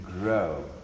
grow